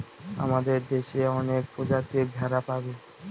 আমাদের দেশে অনেক প্রজাতির ভেড়া পাবে